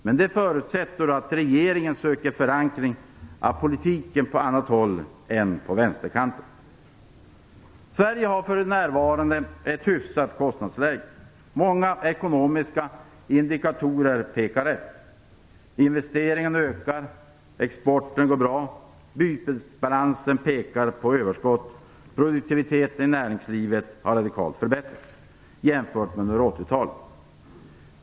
Men det förutsätter att regeringen söker förankra politiken på annat håll än på vänsterkanten. Sverige har för närvarande ett hyfsat kostnadsläge. Många ekonomiska indikatorer pekar rätt. Investeringarna ökar, exporten går bra, bytesbalansen pekar på överskott och produktiviteten i näringslivet har radikalt förbättrats sedan 80-talet.